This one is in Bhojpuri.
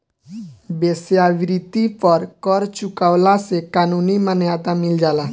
वेश्यावृत्ति पर कर चुकवला से कानूनी मान्यता मिल जाला